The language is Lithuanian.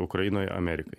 ukrainoj amerikai